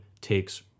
takes